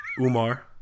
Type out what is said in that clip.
Umar